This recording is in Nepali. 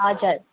हजुर